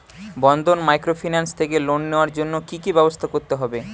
বন্ধন microfinance থেকে loan নেওয়ার জন্য কি কি ব্যবস্থা করতে হবে?